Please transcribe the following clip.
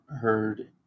heard